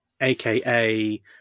aka